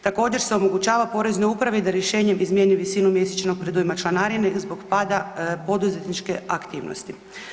Također se omogućava Poreznoj upravi da rješenjem izmijeni visinu mjesečnog predujma članarine zbog pada poduzetničke aktivnosti.